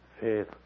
Faith